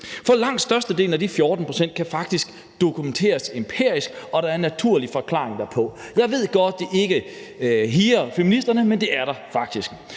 For langt størstedelen af de 14 pct. kan faktisk dokumenteres empirisk, og der er en naturlig forklaring derpå. Jeg ved godt, at det ikke huer feministerne, men det er der faktisk.